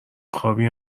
خوابی